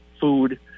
food